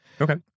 Okay